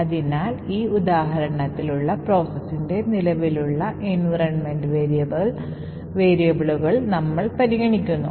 അതിനായി ഈ ഉദാഹരണത്തിൽ ഉള്ള പ്രോസസിന്റെ നിലവിലുള്ള എൻവിറോൺമെൻറ് വേരിയബിളുകൾ നമ്മൾ പരിഗണിക്കുന്നു